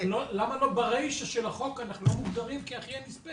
למה ברישא של החוק אנחנו לא מוגדרים כאחי הנספה?